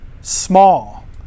small